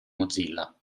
mozilla